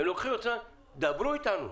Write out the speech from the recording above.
דברו איתנו,